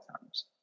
times